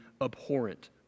abhorrent